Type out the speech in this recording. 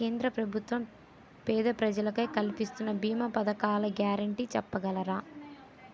కేంద్ర ప్రభుత్వం పేద ప్రజలకై కలిపిస్తున్న భీమా పథకాల గ్యారంటీ చెప్పగలరా?